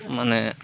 মানে